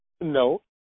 No